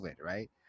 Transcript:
right